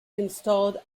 installed